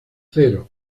cero